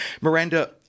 Miranda